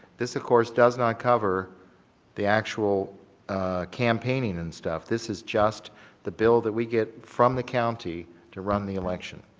this of course does not cover the actual campaigning and stuff. this is just the bill that we get from the county to run the election.